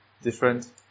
different